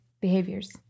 behaviors